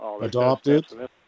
Adopted